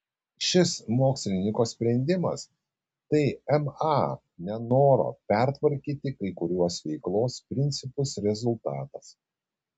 šis mokslininko sprendimas tai ma nenoro pertvarkyti kai kuriuos veiklos principus rezultatas